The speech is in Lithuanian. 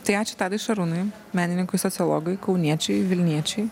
tai ačiū tadui šarūnui menininkui sociologui kauniečiui vilniečiui